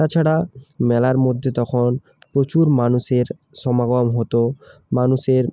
তাছাড়া মেলার মধ্যে তখন প্রচুর মানুষের সমাগম হতো মানুষের